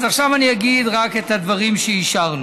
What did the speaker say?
אז עכשיו אני אגיד רק את הדברים שאישרנו.